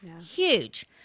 Huge